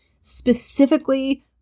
specifically